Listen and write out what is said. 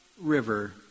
River